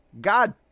God